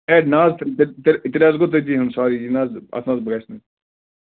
اَے نہَ حظ تیٚلہِ حظ گوٚو تٔتی ہیوٚن سوٚرِی یہِ نہٕ حظ اَتھ نہٕ حظ گَژھِ نہٕ